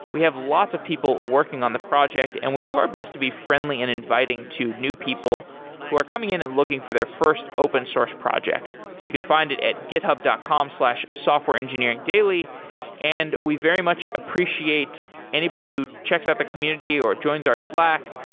we have lots of people working on the project and we do our best to be friendly and inviting to new people who are coming in and looking for their first open source project. you could find it at github dot com slash softwareengineeringdaily. and we very much appreciate anybody who checks out the community, or joins our slack.